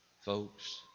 Folks